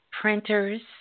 printers